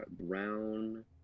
brown